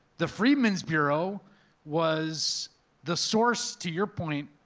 the freedmen's bureau was the source, to your point,